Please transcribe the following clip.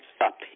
up